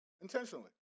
intentionally